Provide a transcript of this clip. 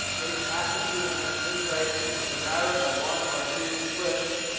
getting access to a new site is a matter of one or two clicks,